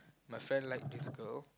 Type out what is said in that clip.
my friend like this girl